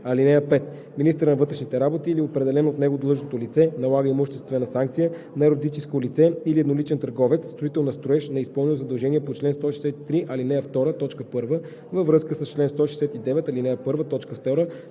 ал. 3. (5) Министърът на вътрешните работи или определено от него длъжностно лице налага имуществена санкция на юридическо лице или едноличен търговец – строител на строеж, неизпълнил задължение по чл. 163, ал. 2, т. 1 във връзка с чл. 169, ал. 1,